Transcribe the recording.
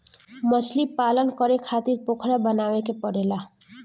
मछलीपालन करे खातिर पोखरा बनावे के पड़ेला